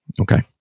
Okay